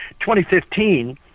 2015